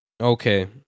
Okay